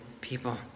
people